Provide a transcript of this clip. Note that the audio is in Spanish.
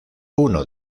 uno